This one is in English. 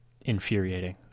infuriating